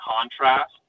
contrast